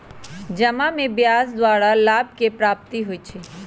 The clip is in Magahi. जमा में ब्याज द्वारा लाभ के प्राप्ति होइ छइ